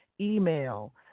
email